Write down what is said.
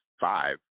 five